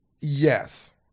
Yes